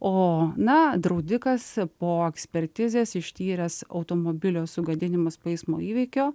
o na draudikas po ekspertizės ištyręs automobilio sugadinimus po eismo įvykio